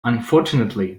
unfortunately